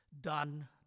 done